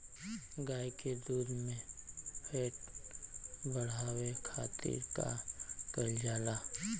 गाय के दूध में फैट बढ़ावे खातिर का कइल जाला?